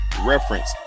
reference